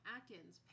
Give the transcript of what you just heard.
Atkins